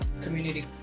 Community